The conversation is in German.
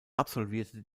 absolvierte